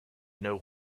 know